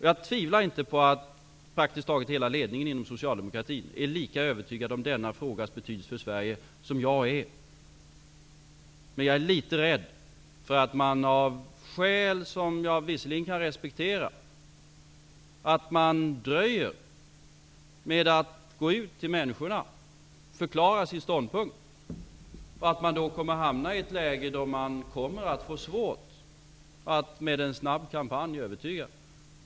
Jag tvivlar inte på att praktiskt taget hela ledningen inom socialdemokratin är lika övertygad om denna frågas betydelse för Sverige som jag är, men jag är litet rädd för att man, av skäl som jag visserligen kan respektera, dröjer med att gå ut till människorna och förklara sin ståndpunkt och att man på det viset kommer att få svårt att med en snabb kampanj övertyga.